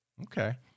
Okay